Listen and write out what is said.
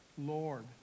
Lord